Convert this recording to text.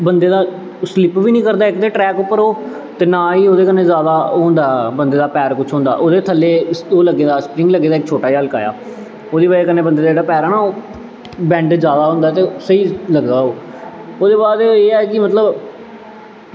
बंदे दा सलिप बी नि करदा ट्रैक पर ओह् ते ना गै ओह्दे कन्नै जैदा ओह् बंदे दा पैर कुछ ओह्दे थ'ल्ले ओह् लग्गे दा स्परिंग लग्गे दा शोटा जेहा हल्का जेहा ओह्दी बजह कन्नै बंदे दा पैर ऐ ना जेह्ड़ा बैंड जैदा होंदा ते स्हेई लगदा ओह् ओह्दै बाद एह् ऐ कि मतलब